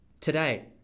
Today